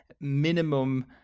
minimum